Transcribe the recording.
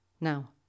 Now